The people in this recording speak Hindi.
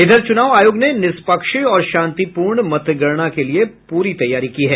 इधर चुनाव आयोग ने निष्पक्ष और शांतिपूर्ण मतगणना के लिये पूरी तैयारी की है